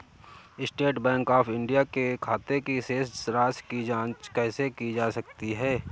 State Bank of India के खाते की शेष राशि की जॉंच कैसे की जा सकती है?